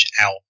out